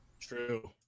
True